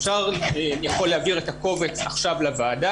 אני יכול להעביר את הקובץ עכשיו לוועדה.